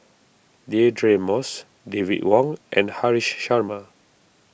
Deirdre Moss David Wong and Haresh Sharma